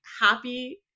happy